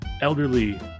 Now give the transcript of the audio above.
elderly